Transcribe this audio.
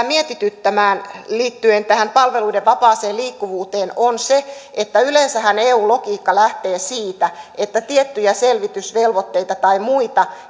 mietityttämään liittyen tähän palveluiden vapaaseen liikkuvuuteen on se että yleensähän eu logiikka lähtee siitä että tiettyjä selvitysvelvoitteita tai muita